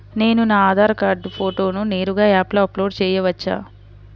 నేను నా ఆధార్ కార్డ్ ఫోటోను నేరుగా యాప్లో అప్లోడ్ చేయవచ్చా?